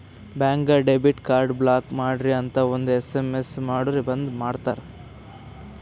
ಬ್ಯಾಂಕ್ಗ debit card block ಮಾಡ್ರಿ ಅಂತ್ ಒಂದ್ ಎಸ್.ಎಮ್.ಎಸ್ ಮಾಡುರ್ ಬಂದ್ ಮಾಡ್ತಾರ